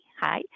Hi